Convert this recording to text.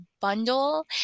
bundle